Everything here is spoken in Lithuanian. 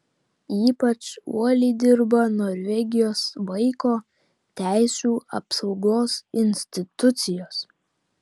ypač uoliai dirba norvegijos vaiko teisių apsaugos institucijos